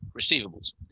receivables